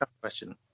question